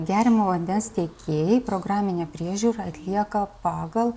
geriamo vandens tiekėjai programinę priežiūrą atlieka pagal